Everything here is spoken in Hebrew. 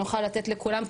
שנוכל לתת לכולם,